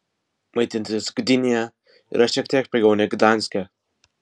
maitintis gdynėje yra šiek tiek pigiau nei gdanske